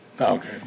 Okay